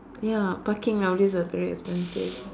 ya parking all this are very expensive